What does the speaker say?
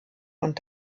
und